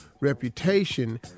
reputation